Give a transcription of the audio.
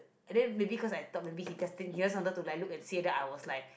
and then maybe cause I talk maybe he testing he was on the look and see then I was like